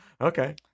Okay